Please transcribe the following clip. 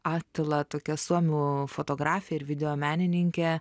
atila tokia suomių fotografė ir videomenininkė